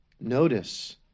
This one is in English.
Notice